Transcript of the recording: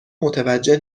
متوجه